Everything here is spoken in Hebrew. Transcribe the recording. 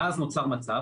ואז נוצר מצב,